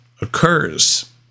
occurs